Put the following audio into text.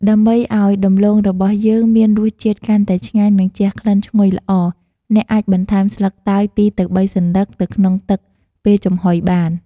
ដើម្បីឱ្យដំឡូងរបស់យើងមានរសជាតិកាន់តែឆ្ងាញ់ និងជះក្លិនឈ្ងុយល្អ អ្នកអាចបន្ថែមស្លឹកតើយ ២ ទៅ ៣ សន្លឹកទៅក្នុងទឹក ពេលចំហុយបាន។